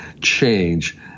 change